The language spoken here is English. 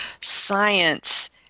science